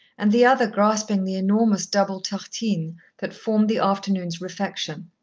and the other grasping the enormous double tartine that formed the afternoon's refection.